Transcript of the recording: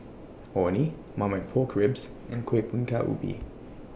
Orh Nee Marmite Pork Ribs and Kueh Bingka Ubi